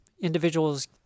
individuals